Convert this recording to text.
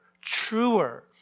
truer